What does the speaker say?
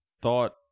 thought